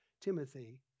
Timothy